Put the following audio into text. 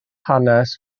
hanes